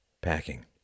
packing